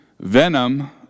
venom